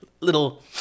little